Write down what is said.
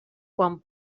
quan